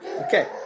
Okay